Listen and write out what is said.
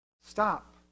stop